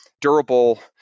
durable